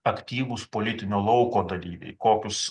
aktyvūs politinio lauko dalyviai kokius